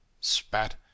spat